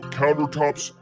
countertops